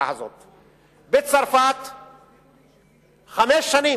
בצרפת חמש שנים,